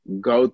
go